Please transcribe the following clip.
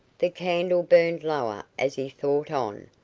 the candle burned lower as he thought on,